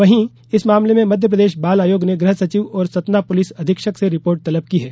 वहीं इस मामले में मध्यप्रदेश बाल आयोग ने गृह सचिव और सतना पुलिस अधीक्षक से रिपोर्ट तलब की है